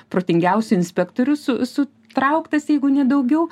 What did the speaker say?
protingiausių inspektorių su sutrauktas jeigu ne daugiau